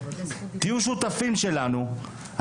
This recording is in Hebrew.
תהיו שותפים שלנו,